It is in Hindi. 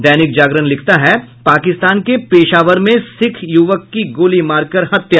दैनिक जागरण लिखता है पाकिस्तान के पेशावर में सिख युवक की गोली मार कर हत्या